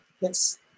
Yes